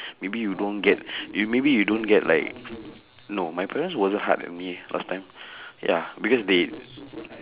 maybe you don't get you maybe you don't get like no my parents wasn't hard at me last time ya because they